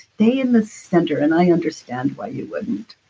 stay in the center and i understand why you wouldn't.